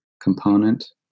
component